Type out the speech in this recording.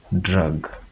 drug